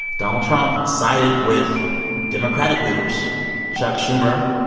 donald trump sided with democratic leaders chuck schumer,